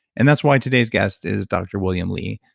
and that's why today's guest is dr. william li,